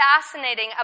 fascinating